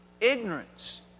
ignorance